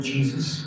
Jesus